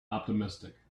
optimistic